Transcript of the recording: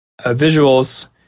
visuals